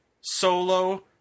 Solo